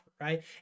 right